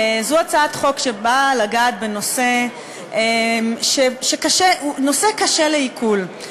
זו הצעת חוק שבאה לגעת בנושא שהוא נושא קשה לעיכול.